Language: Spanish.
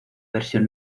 versión